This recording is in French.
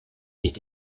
est